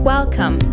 Welcome